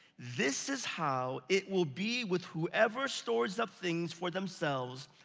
this is how it will be with whoever stores up things for themselves,